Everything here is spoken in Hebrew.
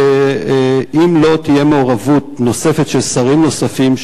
אם לא תהיה מעורבות של שרים נוספים,